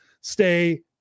Stay